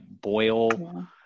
boil